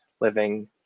living